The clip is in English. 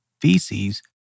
feces